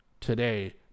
today